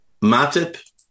Matip